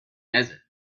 desert